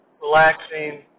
relaxing